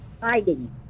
hiding